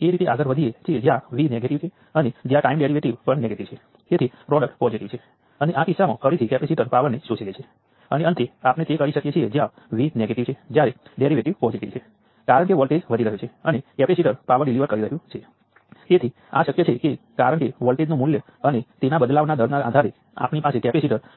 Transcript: તેવી જ રીતે જો તમે નેગેટિવ મૂલ્ય ધરાવતો કરંટ સોર્સ લીધો હોય તો પછી ચાલો હું આને ચોથા ક્વોડ્રન્ટમાં કંઈ પ્રાઇમ કહું છું જ્યાં કરંટ નેગેટિવ છે અને વોલ્ટેજ પોઝિટિવ છે કરંટ સોર્સ પાવર ડિલીવર કરે